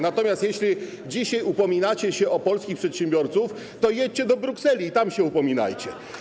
Natomiast jeśli dzisiaj upominacie się o polskich przedsiębiorców, to jedźcie do Brukseli i tam się upominajcie.